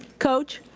coach.